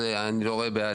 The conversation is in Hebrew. אני לא רואה בעיה,